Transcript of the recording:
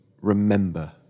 remember